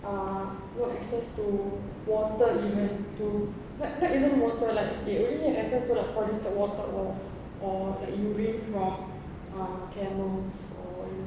uh no access to water even to not not even water like they only have access to like polluted water or or like urine from uh camels or